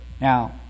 now